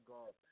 God